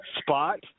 spot